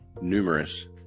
numerous